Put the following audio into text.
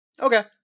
Okay